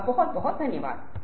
आपका बहुत धन्यवाद